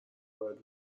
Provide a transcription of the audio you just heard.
وارد